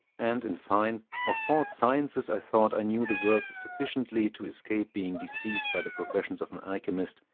and, in fine, of false sciences i thought i knew the worth sufficiently to escape being deceived by the professions of an alchemist,